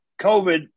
COVID